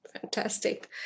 Fantastic